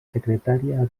secretària